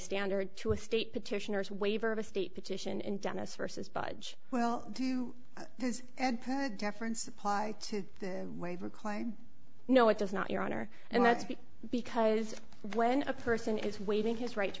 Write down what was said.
standard to a state petitioners waiver of a state petition in genesis versus budge well there is deference apply to the waiver claim no it does not your honor and that's because when a person is waiving his right to